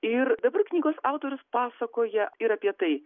ir dabar knygos autorius pasakoja ir apie tai